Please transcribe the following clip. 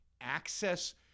access